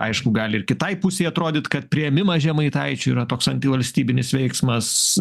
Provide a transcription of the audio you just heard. aišku gali ir kitai pusei atrodyt kad priėmimas žemaitaičio yra toks antivalstybinis veiksmas